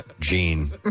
Gene